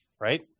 right